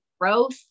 growth